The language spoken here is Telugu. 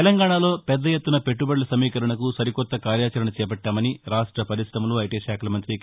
తెలంగాణలో పెద్దఎత్తున పెట్లుబడుల సమీకరణకు సరికొత్త కార్యాచరణ చేపట్టామని రాష్ట పరిశమలు ఐటీ శాఖల మంతి కే